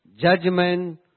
judgment